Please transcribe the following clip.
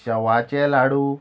शवाचे लाडू